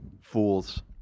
Fools